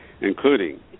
including